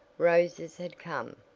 roses had come,